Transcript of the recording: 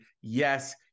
yes